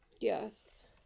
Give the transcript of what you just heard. Yes